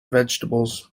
vegetables